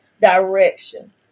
direction